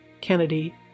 Kennedy